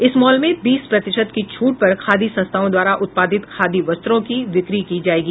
इस मॉल में बीस प्रतिशत की छूट पर खादी संस्थाओं द्वारा उत्पादित खादी वस्त्रों की बिक्री की जायेगी